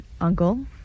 uncle